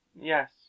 Yes